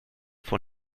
von